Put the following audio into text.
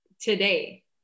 today